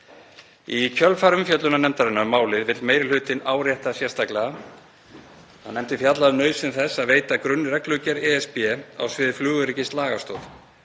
Í kjölfar umfjöllunar nefndarinnar um málið vill meiri hlutinn árétta sérstaklega að nefndin fjallaði um nauðsyn þess að veita grunnreglugerð ESB á sviði flugöryggis lagastoð